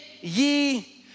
ye